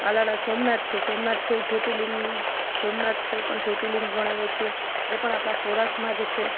તાલાળા સોમનાથ છે સોમનાથ છે એ જ્યોતિર્લીંગ સોમનાથ છે એ પણ જ્યોતિર્લીંગ ગણાય છે એ પણ આપણા સૌરાષ્ટ્રમાં જ છે